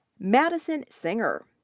madison singer.